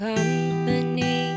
Company